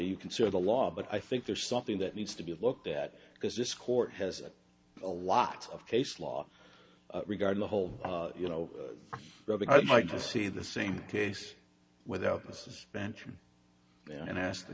you consider the law but i think there's something that needs to be looked at because this court has a lot of case law regarding the whole you know robbing i'd like to see the same case without the suspension and i ask the